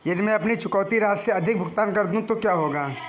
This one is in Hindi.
यदि मैं अपनी चुकौती राशि से अधिक भुगतान कर दूं तो क्या होगा?